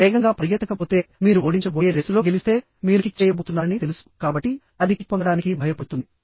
అది వేగంగా పరుగెత్తకపోతే మీరు ఓడించబోయే రేసులో గెలిస్తే మీరు కిక్ చేయబోతున్నారని తెలుసు కాబట్టి అది కిక్ పొందడానికి భయపడుతుంది